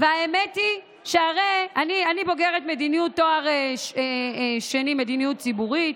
האמת היא, אני בוגרת תואר שני במדיניות ציבורית,